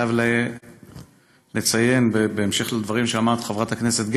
חייב לציין, בהמשך לדברים שאמרת, חברת הכנסת גרמן,